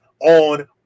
on